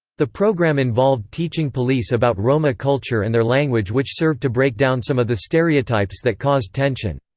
the programme involved teaching police about roma culture and their language which served to break down some of the stereotypes that caused tension.